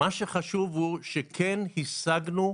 מה שחשוב הוא שכן השגנו,